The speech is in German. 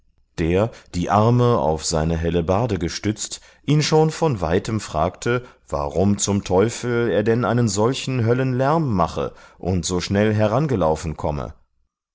der die arme auf seine hellebarde gestützt ihn schon von weitem fragte warum zum teufel er denn einen solchen höllenlärm mache und so schnell herangelaufen komme